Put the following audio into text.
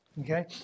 okay